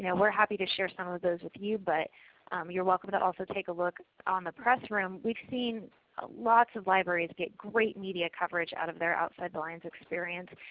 yeah we are happy to share some of those with you but you are welcome to also take a look on the pressroom. we've seen lots of libraries get great media coverage out of their outside the lines experience.